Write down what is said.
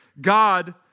God